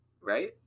Right